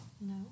No